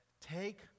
Take